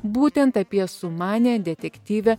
būtent apie sumanią detektyvę